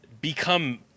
become